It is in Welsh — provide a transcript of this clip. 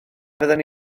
fydden